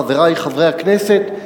חברי חברי הכנסת,